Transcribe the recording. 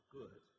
good